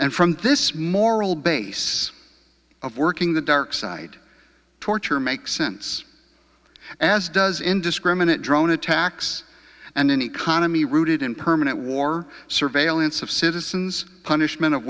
and from this moral base of working the dark side torture makes sense as does indiscriminate drone attacks and an economy rooted in permanent war surveillance of citizens punishment of